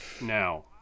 now